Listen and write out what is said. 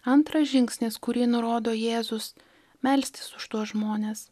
antras žingsnį kurį nurodo jėzus melstis už tuos žmones